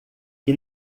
que